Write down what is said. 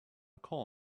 call